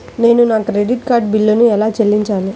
నేను నా credit card బిల్లును ఎలా చెల్లించాలీ?